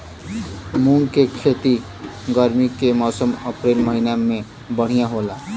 मुंग के खेती गर्मी के मौसम अप्रैल महीना में बढ़ियां होला?